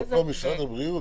עוד פעם משרד הבריאות?